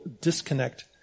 disconnect